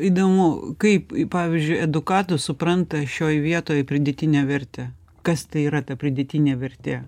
įdomu kaip pavyzdžiui edukatus supranta šioj vietoj pridėtinę vertę kas tai yra ta pridėtinė vertė